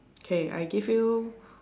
K I give you